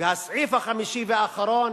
והסעיף החמישי והאחרון: